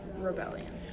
rebellion